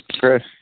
Chris